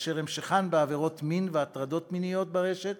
המשך בעבירות מין והטרדות מיניות ברשת